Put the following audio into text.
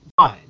fine